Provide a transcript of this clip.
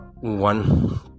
one